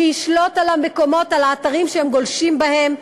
שישלוט על האתרים שהם גולשים בהם,